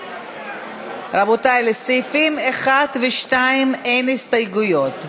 לסעיפים 1 ו-2 אין הסתייגויות,